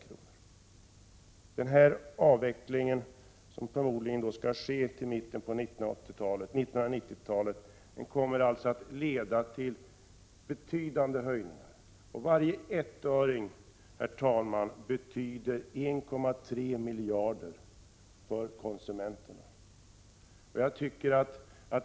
Denna 11 december 1987 avveckling, som troligen skall ske till mitten av 1990-talet, kommer alltså att jo amn doemer leda till betydande höjningar. Varje ettöring, herr talman, betyder 1,3 miljarder för konsumenterna.